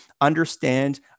understand